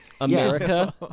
America